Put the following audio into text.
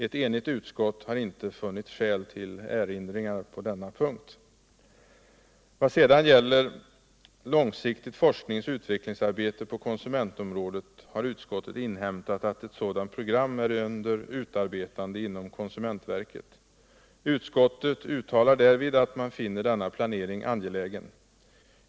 Ett enigt utskott har inte funnit skäl vill erinringar på denna punkt. Vad sedan gäller långsiktigt forsknings och utvecklingsarbete på konsumentområdet har utskottet inhämtat att ett sådant program är under utarbetande inom konsumentverket. Utskottet uttalar därvid att man finner denna planering angelägen.